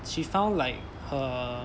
she found like her